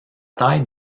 taille